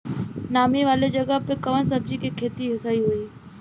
नामी वाले जगह पे कवन सब्जी के खेती सही होई?